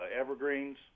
evergreens